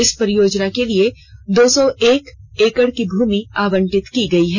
इस परियोजना के लिए दो सौ एक एकड़ भूमि आवंटित की गई है